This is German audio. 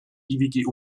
ewige